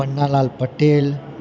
Pannalal Patel